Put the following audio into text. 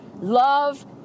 love